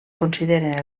consideren